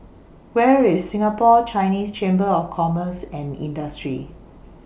Where IS Singapore Chinese Chamber of Commerce and Industry